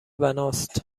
بناست